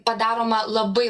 padaroma labai